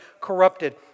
corrupted